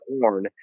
corn